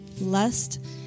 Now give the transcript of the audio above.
lust